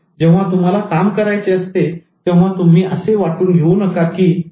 जेव्हा तुम्हाला काम करायचे असते तेव्हा तुम्ही असे वाटून घेऊ नका की अरे